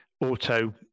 auto